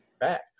back